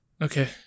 Okay